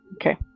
Okay